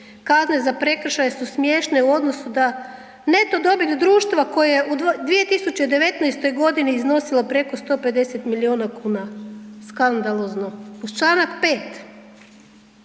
kazne za prekršaje su smiješne u odnosu da neto dobit društva koja je u 2019.g. iznosila preko 150 milijuna kuna, skandalozno. Uz čl. 5.,